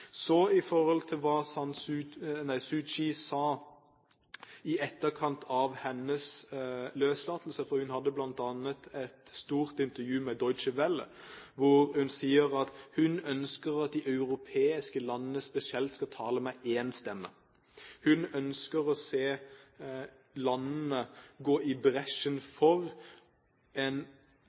Så til hva Aung San Suu Kyi sa i etterkant av sin løslatelse. Hun hadde bl.a. et stort intervju med Deutsche Welle, hvor hun sier at hun ønsker at spesielt de europeiske landene skal tale med én stemme. Hun ønsker å se landene gå i bresjen for en